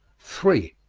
three.